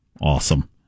Awesome